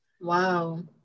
Wow